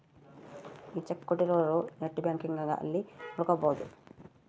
ಈ ಚೆಕ್ ಕೋಟ್ಟಿರೊರು net banking ಅಲ್ಲಿ ನೋಡ್ಕೊಬೊದು